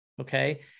Okay